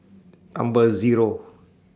Number Zero